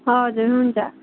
हजुर हुन्छ